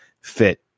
fit